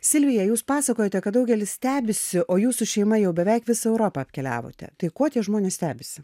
silvija jūs pasakojote kad daugelis stebisi o jūsų šeima jau beveik visa europa apkeliavote tai ko tie žmonės stebisi